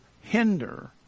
hinder